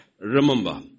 remember